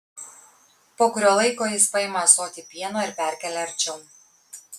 po kurio laiko jis paima ąsotį pieno ir perkelia arčiau